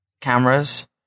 cameras